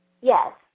Yes